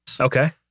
Okay